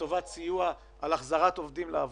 לטובת סיוע בשביל החזרת עובדים לעבודה,